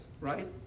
right